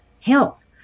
health